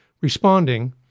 responding